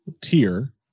tier